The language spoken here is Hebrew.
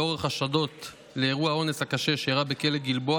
לנוכח החשדות לאירוע האונס הקשה שאירע בכלא גלבוע